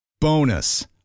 Bonus